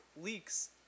leaks